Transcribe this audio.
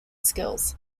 skills